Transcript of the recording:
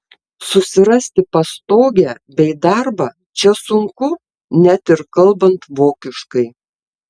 susirasti pastogę bei darbą čia sunku net ir kalbant vokiškai